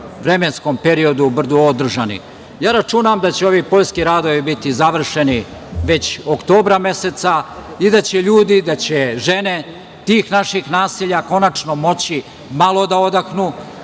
vremenskom periodu bude održan. Ja računam da će ovi poljski radovi biti završeni već oktobra meseca i da će ljudi, da će žene tih naših naselja konačno moći malo da